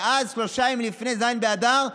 ואז, שלושה ימים לפני ז' באדר,